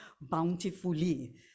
bountifully